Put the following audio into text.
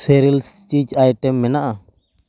cereals ᱪᱤᱡᱽ item ᱢᱮᱱᱟᱜᱼᱟ